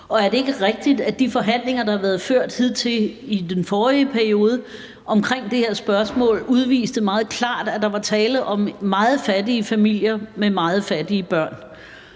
Og er det ikke rigtigt, at de forhandlinger, der har været ført hidtil i den forrige periode, om det her spørgsmål meget klart viste, at der var tale om meget fattige familier med meget fattige børn?